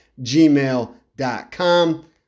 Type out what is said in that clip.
gmail.com